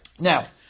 Now